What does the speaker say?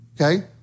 Okay